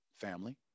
family